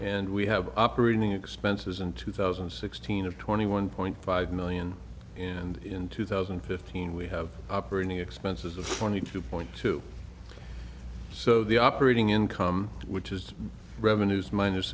and we have operating expenses in two thousand and sixteen of twenty one point five million and in two thousand and fifteen we have operating expenses of twenty two point two so the operating income which is revenues min